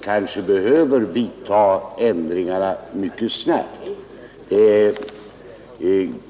kanske behöver vidta ändringarna mycket snabbt.